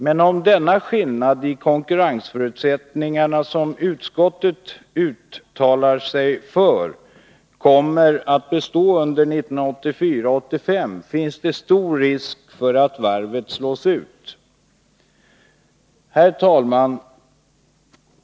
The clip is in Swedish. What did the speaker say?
Men om den skillnad i konkurrensförutsättningarna som utskottet uttalar sig för kommer att bestå under 1984/85 finns det stor risk för att varvet slås ut. Herr talman!